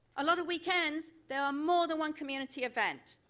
a lot of weekends, there are more than one community event.